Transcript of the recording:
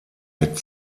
mit